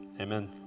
Amen